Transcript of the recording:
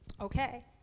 okay